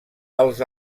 els